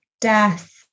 death